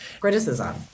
criticism